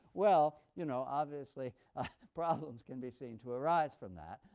well, you know obviously problems can be seen to arise from that,